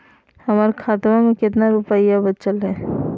हमर खतवा मे कितना रूपयवा बचल हई?